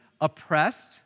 oppressed